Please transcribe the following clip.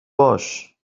باش